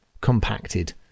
compacted